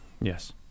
Yes